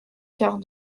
quart